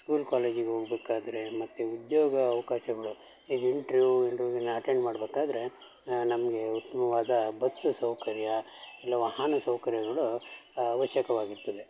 school ಕಾಲೇಜಿಗೆ ಹೋಗ್ಬೇಕಾದ್ರೆ ಮತ್ತು ಉದ್ಯೋಗ ಅವಕಾಶಗಳು ಈಗ ಇಂಟ್ರ್ಯೂವ್ ಇಂಟ್ರ್ಯೂವನ್ನ ಅಟೆಂಡ್ ಮಾಡಬೇಕಾದ್ರೆ ನಮಗೆ ಉತ್ತಮವಾದ ಬಸ್ಸು ಸೌಕರ್ಯ ಇಲ್ಲ ವಾಹನ ಸೌಕರ್ಯಗಳು ಅವಶ್ಯಕವಾಗಿರ್ತದೆ